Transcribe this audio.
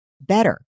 better